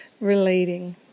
relating